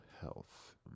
health